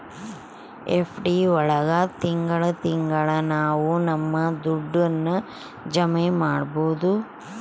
FD ಒಳಗ ತಿಂಗಳ ತಿಂಗಳಾ ನಾವು ನಮ್ ದುಡ್ಡನ್ನ ಜಮ ಮಾಡ್ಬೋದು